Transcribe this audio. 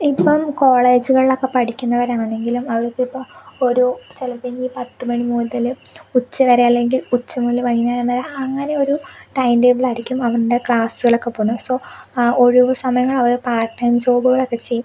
ഇപ്പം കോളേജുകളിലൊക്കെ പഠിക്കുന്നവരാണെങ്കിലും അവർക്കിപ്പോൾ ഒരു ചിലപ്പം ഇനി പത്തുമണി മുതൽ ഉച്ചവരെ അല്ലെങ്കിൽ ഉച്ചമുതൽ വൈകുന്നേരം വരെ അങ്ങനെ ഒരു ടൈം ടേബിളായിരിക്കും അവൻ്റെ ക്ലാസ്സുകളൊക്കെ പോകുന്നത് സോ ആ ഒഴിവു സമയങ്ങൾ അവൻ പാർട്ട് ടൈം ജോലികളൊക്കെ ചെയ്യും